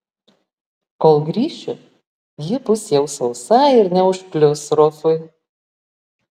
kol grįšiu ji bus jau sausa ir neužklius rufui